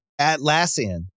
Atlassian